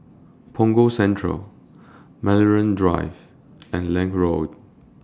Punggol Central Maryland Drive and Lange Road